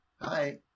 hi